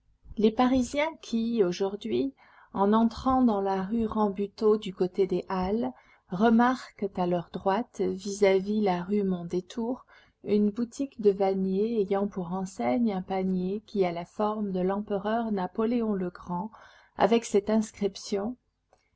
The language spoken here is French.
les parisiens qui aujourd'hui en entrant dans la rue rambuteau du côté des halles remarquent à leur droite vis-à-vis la rue mondétour une boutique de vannier ayant pour enseigne un panier qui a la forme de l'empereur napoléon le grand avec cette inscription